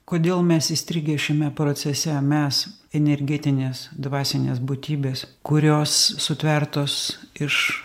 kodėl mes įstrigę šiame procese mes energetinės dvasinės būtybės kurios sutvertos iš